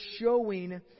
showing